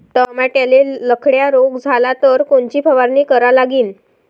टमाट्याले लखड्या रोग झाला तर कोनची फवारणी करा लागीन?